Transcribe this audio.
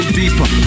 deeper